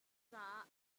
caah